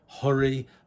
Hurry